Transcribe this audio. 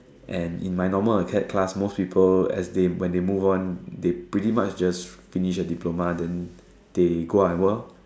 and in my normal acad class most people as they when they move on they pretty much just finish their diploma then they go out and work lor